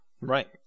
Right